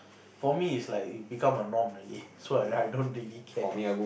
for me is like become a norm already so I don't really care